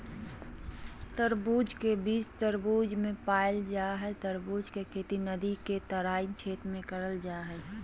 तरबूज के बीज तरबूज मे पाल जा हई तरबूज के खेती नदी के तराई क्षेत्र में करल जा हई